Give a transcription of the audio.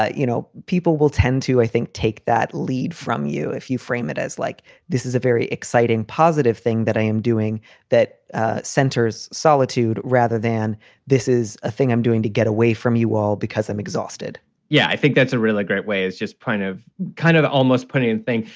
ah you know, people will tend to, i think, take that lead from you. if you frame it as like this is a very exciting, positive positive thing that i am doing that centers solitude rather than this is a thing i'm doing to get away from you all because i'm exhausted yeah, i think that's a really great way. it's just kind of kind of almost punting and saying,